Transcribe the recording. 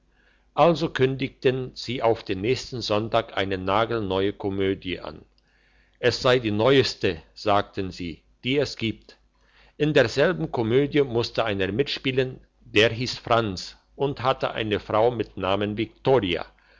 also kündeten sie auf den nächsten sonntag eine nagelneue komödie an es sei die neueste sagten sie die es gibt in derselben komödie musste einer mitspielen der hiess franz und hatte eine frau mit namen viktoria